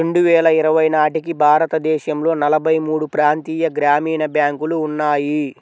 రెండు వేల ఇరవై నాటికి భారతదేశంలో నలభై మూడు ప్రాంతీయ గ్రామీణ బ్యాంకులు ఉన్నాయి